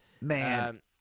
man